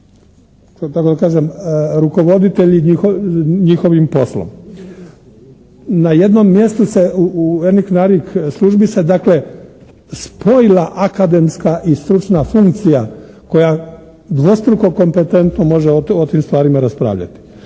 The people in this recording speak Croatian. tako da kažem rukovoditelji njihovim poslom. Na jednom mjestu se u eniknarik službi se dakle spojila akademska i stručna funkcija koja dvostruko kompetentno može o tim stvarima raspravljati.